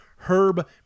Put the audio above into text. Herb